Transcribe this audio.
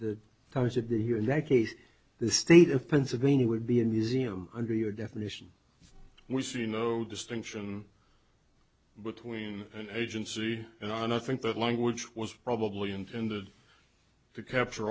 the times of the here in that case the state of pennsylvania would be a museum under your definition we see no distinction between an agency and i think that language was probably intended to capture